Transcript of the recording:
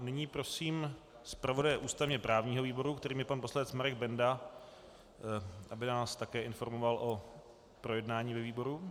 Nyní prosím zpravodaje ústavněprávního výboru, kterým je pan poslanec Marek Benda, aby nás také informoval o projednání ve výboru.